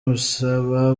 umusaba